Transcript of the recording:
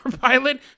pilot